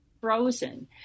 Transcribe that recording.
frozen